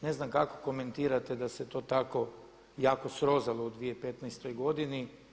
Ne znam kako komentirate da se to tako jako srozalo u 2015. godini.